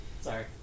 Sorry